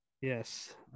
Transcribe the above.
Yes